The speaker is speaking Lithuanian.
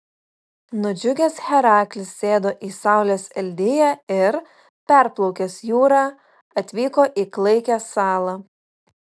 nudžiugęs heraklis sėdo į saulės eldiją ir perplaukęs jūrą atvyko į klaikią salą